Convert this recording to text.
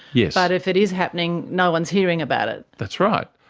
yeah but if it is happening, no one's hearing about it. that's right.